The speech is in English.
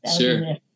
sure